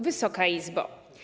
Wysoka Izbo!